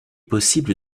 possible